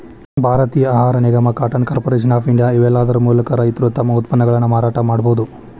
ಭಾರತೇಯ ಆಹಾರ ನಿಗಮ, ಕಾಟನ್ ಕಾರ್ಪೊರೇಷನ್ ಆಫ್ ಇಂಡಿಯಾ, ಇವೇಲ್ಲಾದರ ಮೂಲಕ ರೈತರು ತಮ್ಮ ಉತ್ಪನ್ನಗಳನ್ನ ಮಾರಾಟ ಮಾಡಬೋದು